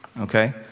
okay